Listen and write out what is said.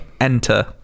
enter